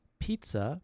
pizza